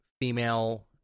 female